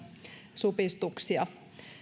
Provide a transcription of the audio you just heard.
supistuksia